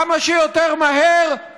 כמה שיותר מהר,